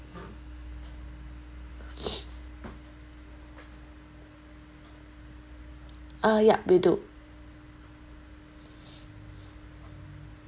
uh yup we do